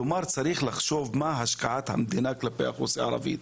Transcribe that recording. כלומר צריך לחשוב מה ההשקעה של המדינה כלפי האוכלוסייה הערבית.